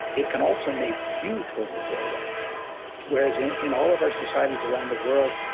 it can also make you totally go away whereas, in in all of our societies around the world,